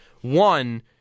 one